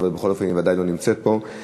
אבל בכל אופן היא ודאי לא נמצאת פה,